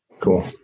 Cool